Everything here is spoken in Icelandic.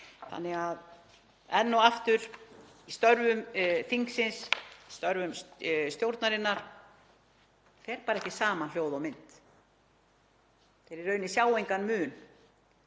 Íslendinga. Enn og aftur í störfum þingsins, störfum stjórnarinnar, fer bara ekki saman hljóð og mynd. Þeir sjá í rauninni engan mun